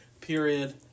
period